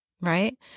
right